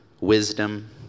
wisdom